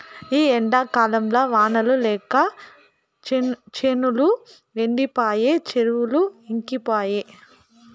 ఈ ఎండాకాలంల వానలు లేక చేనులు ఎండిపాయె చెరువులు ఇంకిపాయె